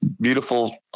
beautiful